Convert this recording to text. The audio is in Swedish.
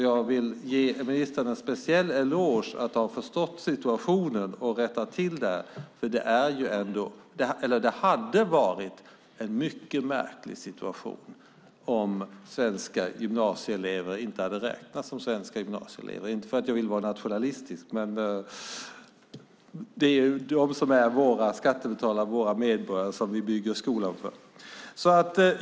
Jag vill därför ge ministern en speciell eloge för att han har förstått situationen och rättat till det här. Det hade varit en mycket märklig situation om svenska gymnasieelever inte hade räknats som svenska gymnasieelever - inte för att jag vill vara nationalistisk, men det är ju dem som är våra skattebetalare och medborgare som vi bygger skolan för.